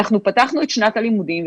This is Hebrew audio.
אנחנו את שנת הלימודים,